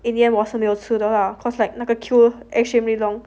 in the end 没有吃 lah cause like 那个 queue extremely long